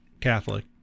Catholic